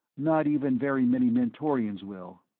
not even very many mentorians will.